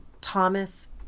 Thomas